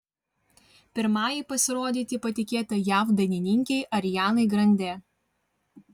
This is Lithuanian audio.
pirmajai pasirodyti patikėta jav dainininkei arianai grande